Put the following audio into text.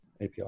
APL